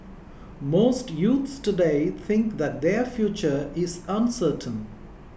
most youths today think that their future is uncertain